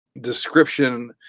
description